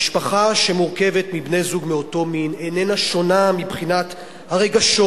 משפחה שמורכבת מבני-זוג מאותו מין איננה שונה מבחינת הרגשות,